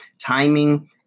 timing